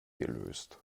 gelöst